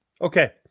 Okay